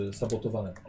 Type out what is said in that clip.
sabotowane